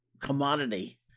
commodity